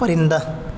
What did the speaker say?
پرندہ